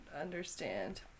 understand